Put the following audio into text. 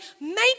make